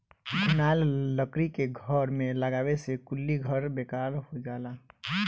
घुनाएल लकड़ी के घर में लगावे से कुली घर बेकार हो जाला